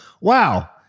wow